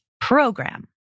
program